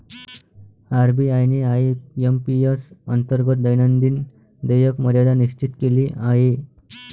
RBI ने IMPS अंतर्गत दैनंदिन देयक मर्यादा निश्चित केली आहे